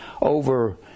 over